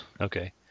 Okay